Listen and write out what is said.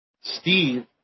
Steve